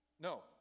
No